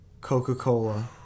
Coca-Cola